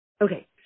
Okay